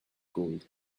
gold